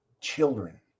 children